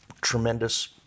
tremendous